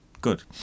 Good